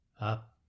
up